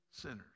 sinners